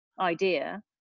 idea